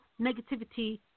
negativity